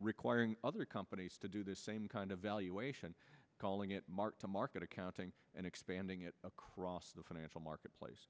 requiring other companies to do the same kind of valuation calling it mark to market accounting and expanding it across the financial marketplace